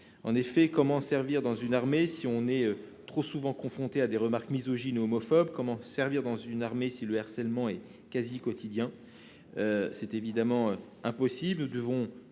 En effet, comment servir dans une armée, si l'on est trop souvent confronté à des remarques misogynes ou homophobes ? Comment servir dans une armée, si le harcèlement est quasi quotidien ? C'est évidemment impossible. Nous devons